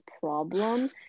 problem